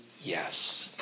yes